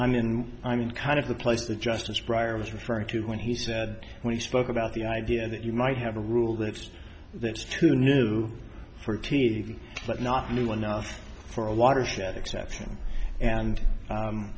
i'm in i'm in kind of the place of justice pryor was referring to when he said when he spoke about the idea that you might have a rule that that's too new for t v but not new enough for a watershed exception and